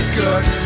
good